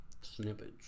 snippets